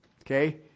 Okay